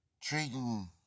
treating